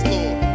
Lord